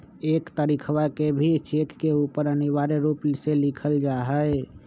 एक तारीखवा के भी चेक के ऊपर अनिवार्य रूप से लिखल जाहई